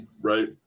right